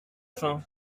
faim